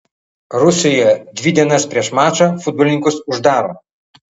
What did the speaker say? rusijoje dvi dienas prieš mačą futbolininkus uždaro